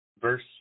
verse